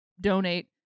donate